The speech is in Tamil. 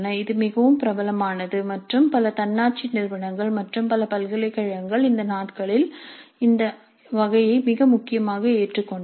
இது மிகவும் பிரபலமானது மற்றும் பல தன்னாட்சி நிறுவனங்கள் மற்றும் பல பல்கலைக்கழகங்கள் இந்த நாட்களில் இந்த வகையை மிக முக்கியமாக ஏற்றுக்கொண்டன